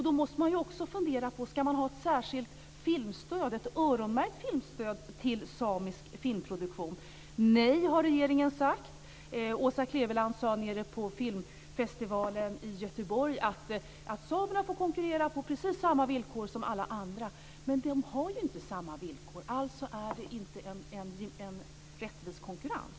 Då måste man fundera över om man ska ha ett särskilt, öronmärkt filmstöd för samisk filmproduktion. Nej, har regeringen sagt. Åse Kleveland sade på filmfestivalen i Göteborg att samerna får konkurrera på precis samma villkor som alla andra. Men de har ju inte samma villkor - alltså är det inte en rättvis konkurrens.